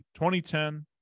2010